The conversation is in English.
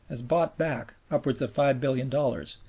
has bought back upwards of five billion dollars,